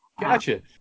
Gotcha